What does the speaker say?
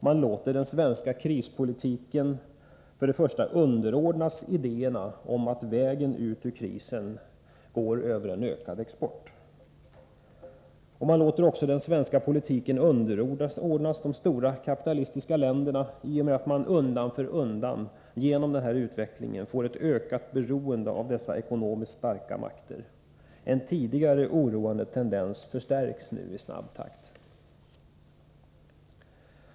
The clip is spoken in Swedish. Man låter den svenska krispolitiken för det första underordnas idéerna om att vägen ut ur krisen går över en ökad export och för det andra underordnas de stora kapitalistiska länderna i och med att man undan för undan genom denna utveckling får ett ökat beroende av dessa ekonomiskt starka makter. En tidigare oroande tendens förstärks nu i snabb takt.